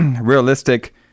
realistic